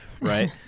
right